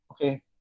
Okay